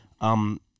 um-